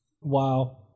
Wow